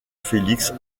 félix